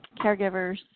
caregivers